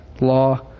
law